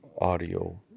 audio